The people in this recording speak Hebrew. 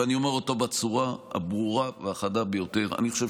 ואני אומר אותו בצורה הברורה והחדה ביותר: אני חושב